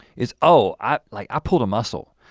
is oh, i like i pulled a muscle,